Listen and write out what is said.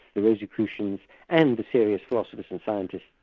the rosicrucians and the serious philosophers and scientists,